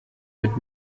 mit